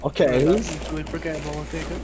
Okay